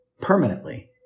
permanently